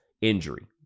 injury